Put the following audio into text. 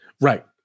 right